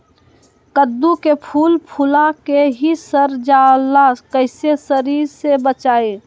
कददु के फूल फुला के ही सर जाला कइसे सरी से बचाई?